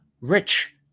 rich